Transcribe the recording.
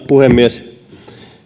puhemies